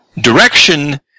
direction